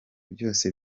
byose